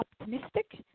optimistic